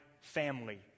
family